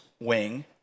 wing